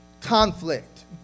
conflict